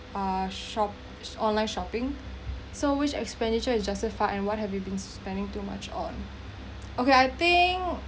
ah shop online shopping so which expenditure is justified and what have you been spending too much on okay I think